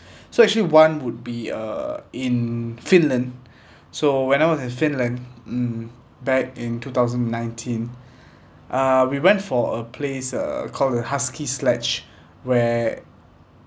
so actually one would be uh in finland so when I was in finland mm back in two thousand nineteen uh we went for a place called the husky sledge where